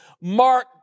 Mark